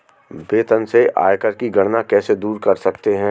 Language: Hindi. वेतन से आयकर की गणना कैसे दूर कर सकते है?